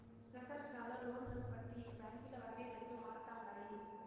రకరకాల లోన్లను బట్టి ఈ బాంకీల వడ్డీ రేట్లు మారతండాయి